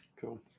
cool